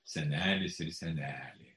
senelis ir senelė